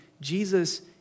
Jesus